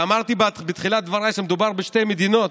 אמרתי בתחילת דבריי שמדובר בשתי מדינות,